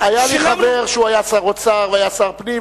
היה לי חבר שהיה שר האוצר והיה שר הפנים,